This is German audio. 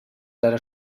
leider